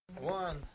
One